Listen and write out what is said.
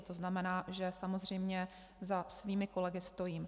To znamená, že samozřejmě za svými kolegy stojím.